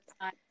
time